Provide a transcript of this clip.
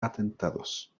atentados